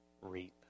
reap